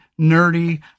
nerdy